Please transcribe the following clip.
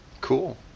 Cool